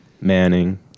Manning